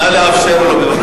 נא לאפשר לו.